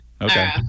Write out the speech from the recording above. Okay